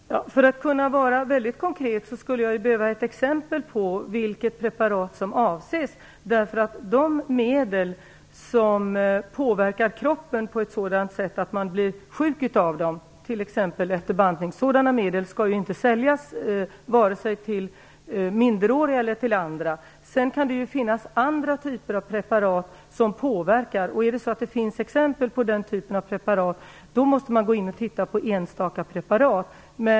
Herr talman! För att kunna vara väldigt konkret skulle jag behöva ett exempel på vilket preparat som avses. De medel som påverkar kroppen på ett sådant sätt att man blir sjuk av dem, t.ex. efter bantning, skall inte säljas vare sig till minderåriga eller till andra. Sedan kan det finnas andra typer av preparat som påverkar. Är det så att det finns exempel på den typen av preparat, måste man gå in och titta på enstaka preparat.